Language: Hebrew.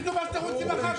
הנפש שלנו.